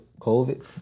COVID